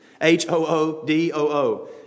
H-O-O-D-O-O